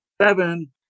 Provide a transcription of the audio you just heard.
seven